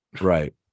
Right